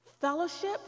Fellowship